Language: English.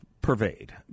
pervade